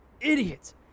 Idiots